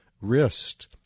wrist